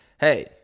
Hey